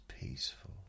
peaceful